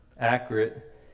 accurate